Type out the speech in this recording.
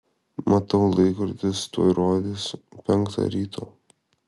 matau laikrodis tuoj rodys penktą ryto